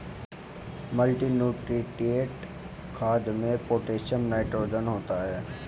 multinutrient खाद में potassium nitrogen होता है